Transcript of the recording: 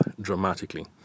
dramatically